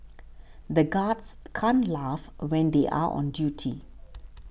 the guards can't laugh when they are on duty